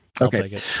Okay